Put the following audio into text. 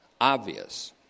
obvious